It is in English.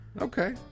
Okay